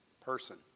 person